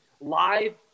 live